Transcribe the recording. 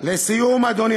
תודה.